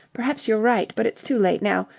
perhaps you're right. but it's too late now.